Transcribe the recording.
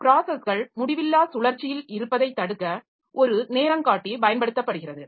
ப்ராஸஸ்கள் முடிவில்லா சுழற்சியில் இருப்பதைத் தடுக்க ஒரு நேரங்காட்டி பயன்படுத்தப்படுகிறது